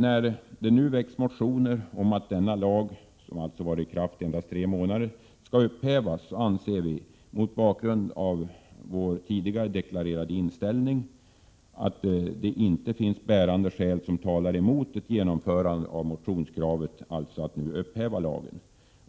När det nu väckts motioner om att denna lag, som varit i kraft endast tre månader, skall upphävas anser vi mot bakgrund av vår tidigare deklarerade inställning att det inte finns bärande skäl emot ett genomförande av motionskravet om att lagen nu skall upphävas.